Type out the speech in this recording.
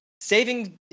saving